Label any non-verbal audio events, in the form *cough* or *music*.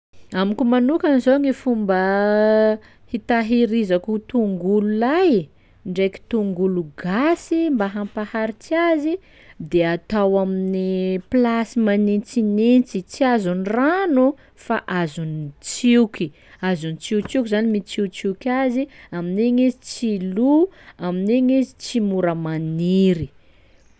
Amiko manokany zao gny fomba *hesitation* hitahirizako tongolo lay ndraiky tongolo gasy mba hampaharitsy azy de atao amin'ny plasy manintsinintsy tsy azon'ny rano fa azon'ny tsioky, azon'ny tsiotsioky zany mitsiotsioka azy, amin'igny izy tsy lo, amin'igny izy tsy mora maniry.